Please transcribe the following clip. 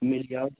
नेईं शैल समान